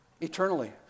eternally